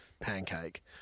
pancake